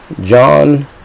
John